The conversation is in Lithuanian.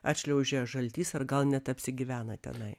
atšliaužia žaltys ar gal net apsigyvena tenai